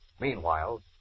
Meanwhile